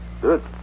good